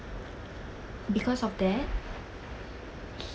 because of that